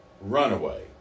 Runaway